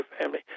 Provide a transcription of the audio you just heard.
family